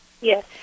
Yes